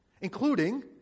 including